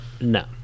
No